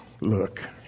look